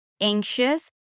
anxious